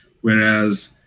Whereas